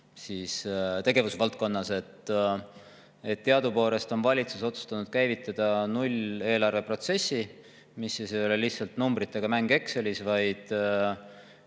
küsitud tegevusvaldkonnas. Teadupoolest on valitsus otsustanud käivitada nulleelarve protsessi, mis ei ole lihtsalt numbritega mäng Excelis, vaid